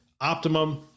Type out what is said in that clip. Optimum